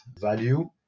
value